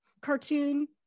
cartoon